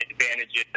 advantages